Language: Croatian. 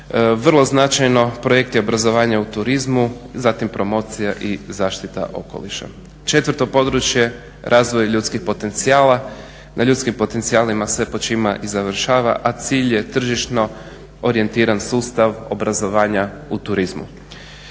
Vrlo značajno projekti obrazovanja u turizmu, zatim promocija i zaštita okoliša. Četvrto područje razvoj razvoje ljudskih potencijala, na ljudskim potencijalima sve počima i završava, a cilj je tržišno orijentiran sustav obrazovanja u turizmu.